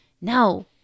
No